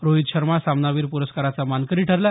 रोहित शर्मा सामनावीर प्रस्काराचा मानकरी ठरला